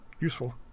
useful